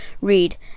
read